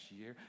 year